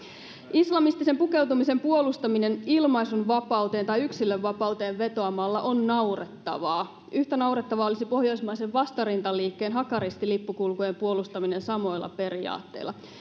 islamistisen pukeutumisen puolustaminen ilmaisunvapauteen tai yksilönvapauteen vetoamalla on naurettavaa yhtä naurettavaa olisi pohjoismaisen vastarintaliikkeen hakaristilippukulkueen puolustaminen samoilla periaatteilla